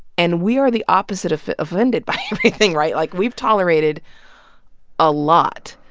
and we are the opposite of offended by everything. right? like we've tolerated a lot.